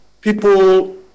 people